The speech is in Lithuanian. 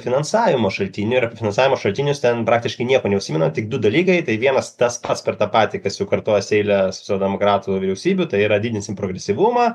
finansavimo šaltinių ir apie finansavimo šaltinius ten praktiškai nieko neužsimena tik du dalykai tai vienas tas pats per tą patį kas jau kartojasi eilę socialdemokratų vyriausybių tai yra didinsim progresyvumą